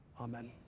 amen